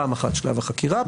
פעם אחת שלב החקירה,